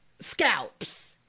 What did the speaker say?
scalps